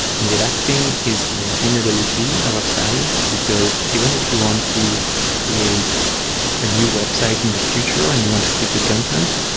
and the last thing is maintainability over time, because even if you want to create a new website in the future and you want to keep the content,